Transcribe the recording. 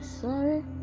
Sorry